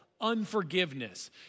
unforgiveness